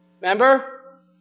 Remember